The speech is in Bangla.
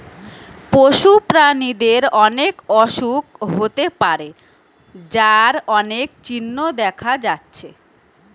পশু প্রাণীদের অনেক অসুখ হতে পারে যার অনেক চিহ্ন দেখা যাচ্ছে